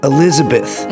Elizabeth